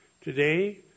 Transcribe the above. Today